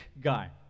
guy